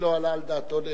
לא עלה על דעתו של